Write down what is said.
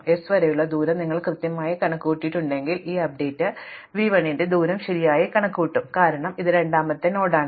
S വരെയുള്ള ദൂരം നിങ്ങൾ കൃത്യമായി കണക്കുകൂട്ടിയിട്ടുണ്ടെങ്കിൽ ഈ അപ്ഡേറ്റ് v 1 ന്റെ ദൂരം ശരിയായി കണക്കുകൂട്ടും കാരണം ഇത് രണ്ടാമത്തെ നോഡാണ്